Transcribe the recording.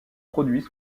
produits